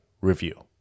review